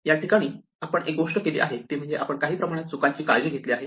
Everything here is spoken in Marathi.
या ठिकाणी आपण एक गोष्ट केली आहे ती म्हणजे काही प्रमाणात चुकांची काळजी घेतली आहे